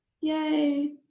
Yay